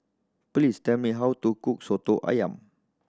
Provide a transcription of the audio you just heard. please tell me how to cook Soto Ayam